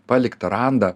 paliktą randą